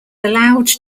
allowed